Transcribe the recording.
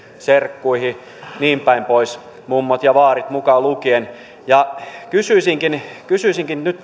serkkuihin ja niinpäin pois mummot ja vaarit mukaan lukien kysyisinkin kysyisinkin nyt